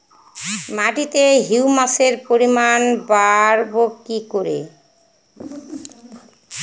মাটিতে হিউমাসের পরিমাণ বারবো কি করে?